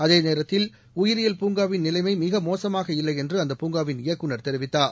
அதேநேரத்தில் உயிரியல் பூங்காவின் நிலைமை மிக மோசமாக இல்லை என்று அந்தப் பூங்காவின் இயக்குநர் தெரிவித்தார்